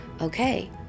Okay